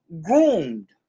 groomed